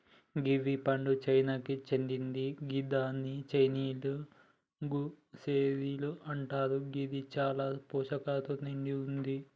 kiwi పండు చైనాకు సేందింది గిదాన్ని చైనీయుల గూస్బెర్రీ అంటరు గిది చాలా పోషకాలతో నిండి వుంది